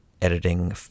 editing